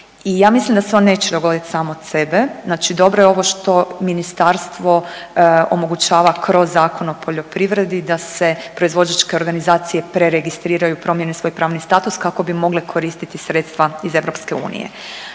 i ja mislim da se on neće dogoditi sam od sebe, znači dobro je ovo što Ministarstvo omogućava kroz Zakon o poljoprivredi, da se proizvođačke organizacije preregistriraju, promjene svoj pravni status, kako bi mogle koristiti sredstva iz EU.